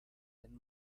than